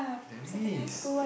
there is